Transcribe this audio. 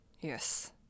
Yes